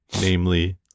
namely